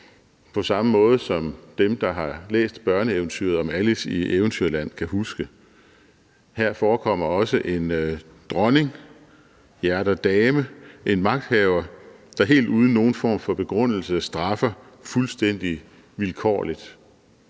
på samme måde som det, dem, der har læst børneeventyret »Alice i Eventyrland«, kan huske. Her forekommer der også en dronning, Hjerter Dame, en magthaver, der helt uden nogen form for begrundelse straffer fuldstændig vilkårligt.